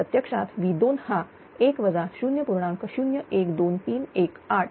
प्रत्यक्षात V2 हा 1 0